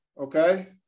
okay